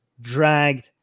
dragged